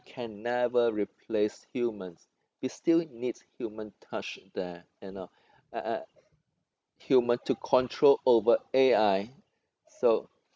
can never replace humans we still need human touch there you know uh uh human to control over A_I so